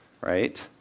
right